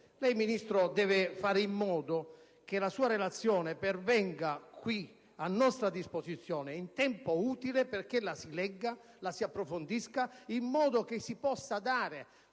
Lei, Ministro, deve fare in modo che la sua relazione pervenga qui, a nostra disposizione, in tempo utile perché la si legga e la si approfondisca, in modo che si possa dare